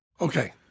okay